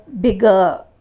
bigger